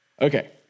Okay